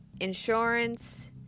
insurance